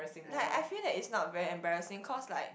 like I feel that it's not very embarrassing cause like